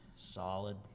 Solid